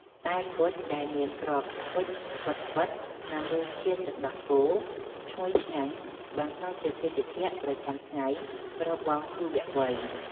តែគុជដែលមានគ្រាប់គុជស្វិតៗនិងរសជាតិទឹកដោះគោឈ្ងុយឆ្ងាញ់បានក្លាយជាភេសជ្ជៈប្រចាំថ្ងៃរបស់យុវវ័យ។